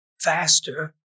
faster